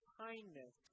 kindness